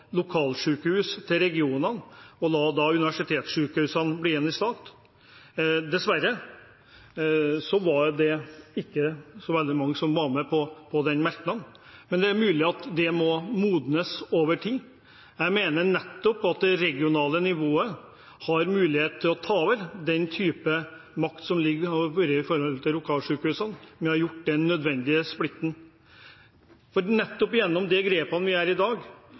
til regionene og la universitetssykehusene bli igjen i staten. Dessverre var det ikke så veldig mange som var med på den merknaden. Men det er mulig at det må modnes over tid. Jeg mener at det regionale nivået har mulighet til å ta over den typen makt som foreligger og har vært i forhold til lokalsykehusene, ved å ha gjort den nødvendige splitten. For nettopp gjennom de grepene vi gjør i dag,